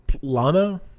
Lana